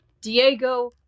Diego